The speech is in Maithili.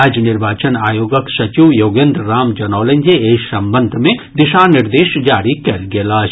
राज्य निर्वाचन आयोगक सचिव योगेन्द्र राम जनौलनि जे एहि संबंध मे दिशा निर्देश जारी कयल गेल अछि